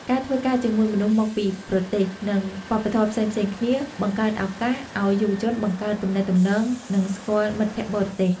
ការធ្វើការជាមួយមនុស្សមកពីប្រទេស និងវប្បធម៌ផ្សេងៗគ្នា បង្កើតឱកាសឱ្យយុវជនបង្កើតទំនាក់ទំនង និងស្គាល់មិត្តភក្តិបរទេស។